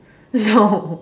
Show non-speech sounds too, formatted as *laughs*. no *laughs*